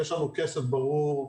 יש לנו כסף ברור,